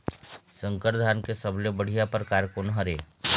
संकर धान के सबले बढ़िया परकार कोन हर ये?